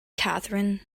catherine